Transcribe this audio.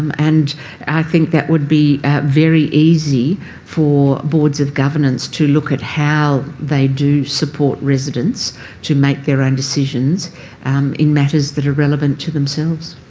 um and i think that would be very easy for boards of governance to look at how they do support residents to make their own decisions in matters that are relevant to themselves.